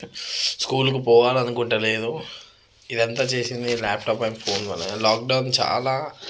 స్కూలుకి పోవాలనుకోవడం లేదు ఇదంతా చేసింది లాప్టాప్ అండ్ ఫోన్ వలన లాక్డౌన్ చాలా